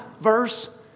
verse